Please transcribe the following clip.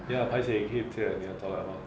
ya paiseh 可以借你的 toilet mah